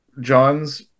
John's